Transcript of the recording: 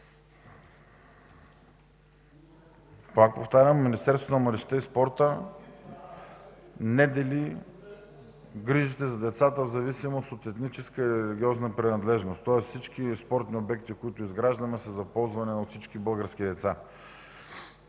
Пак повтарям, Министерството на младежта и спорта не дели грижите за децата в зависимост от етническа и религиозна принадлежност, тоест всички спортни обекти, които изграждаме, са за ползване от всички български деца.